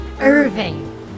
Irving